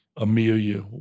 Amelia